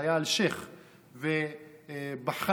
לא מנדלבליט,